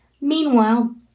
Meanwhile